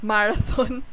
Marathon